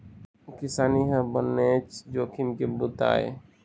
किसानी ह बनेच जोखिम के बूता आय